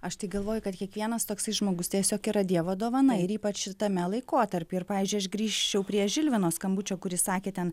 aš tai galvoju kad kiekvienas toksai žmogus tiesiog yra dievo dovana ir ypač šitame laikotarpy ir pavyzdžiui aš grįžčiau prie žilvino skambučio kuris sakė ten